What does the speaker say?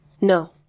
No